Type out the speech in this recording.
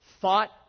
thought